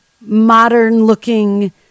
modern-looking